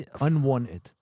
unwanted